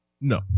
No